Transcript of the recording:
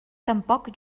tampoc